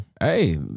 Hey